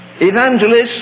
Evangelists